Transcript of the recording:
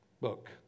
book